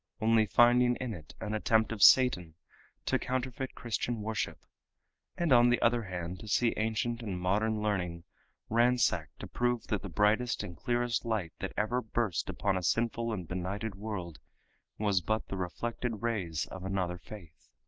only finding in it an attempt of satan to counterfeit christian worship and on the other hand to see ancient and modern learning ransacked to prove that the brightest and clearest light that ever burst upon a sinful and benighted world was but the reflected rays of another faith.